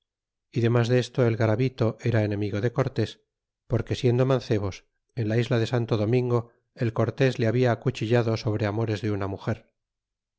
y tiernas desto el garavito era enemigo de cortés porque siendo mancebos en la isla de santo domingo el cortés le habla acuchillado sobre amores de una rnuger